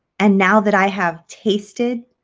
and now that i have tasted